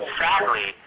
sadly